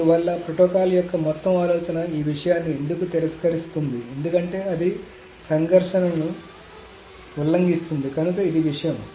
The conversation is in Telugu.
అందువల్ల ప్రోటోకాల్ యొక్క మొత్తం ఆలోచన ఈ విషయాన్ని ఎందుకు తిరస్కరిస్తుంది ఎందుకంటే అది ఆ సంఘర్షణలను ఉల్లంఘిస్తుంది కనుక ఇది విషయం